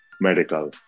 medical